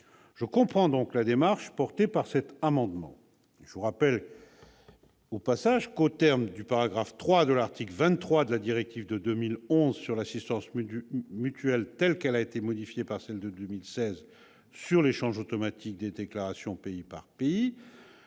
Je comprends donc la démarche des auteurs de cet amendement. Au reste, je rappelle que, aux termes du paragraphe 3 de l'article 23 de la directive de 2011 sur l'assistance mutuelle, telle qu'elle a été modifiée par celle de 2016 sur l'échange automatique des déclarations pays par pays,